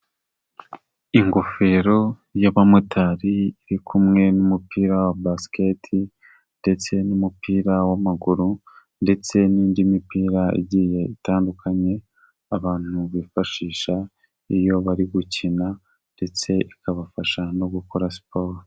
Ingofero y'abamotari, iri kumwe n'umupira wa Basket, ndetse n'umupira w'amaguru ndetse n'indi mipira igiye itandukanye abantu bifashisha iyo bari gukina, ndetse ikabafasha no gukora siporo.